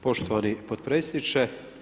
Poštovani potpredsjedniče.